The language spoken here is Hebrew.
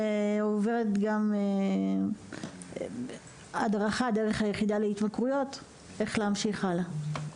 ועוברת גם הדרכה דרך היחידה להתמכרויות איך להמשיך הלאה.